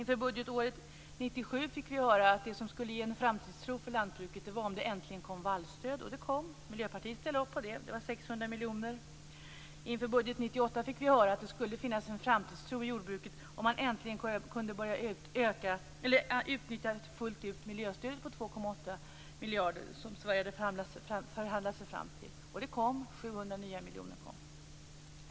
Inför budgetåret 1996/97 fick vi höra att det som skulle ge en framtidstro för lantbruket var om det äntligen skulle komma ett vallstöd, och det kom. Miljöpartiet ställde sig bakom detta, och det uppgick till 600 miljoner. Inför 1998 års budget fick vi höra att det skulle finnas en framtidstro i jordbruket, om man äntligen fullt ut kunde börja utnyttja miljöstödet om 2,8 miljarder, som Sverige hade förhandlat sig fram till. Det kom också 700 nya miljoner.